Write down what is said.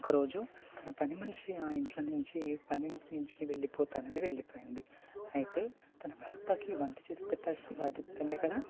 ఒకరోజు తన పనిమనిషి ఆ ఇంట్లో నుంచి పని నుంచి వెళ్ళిపోతానని వెళ్ళిపోయింది అయితే తన భర్తకి వంట చేసి పెట్టాల్సిన బాధ్యత తినే కదా